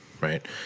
right